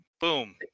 boom